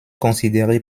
considéré